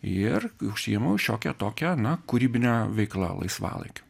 ir užsiimu šiokia tokia na kūrybine veikla laisvalaikiu